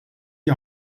die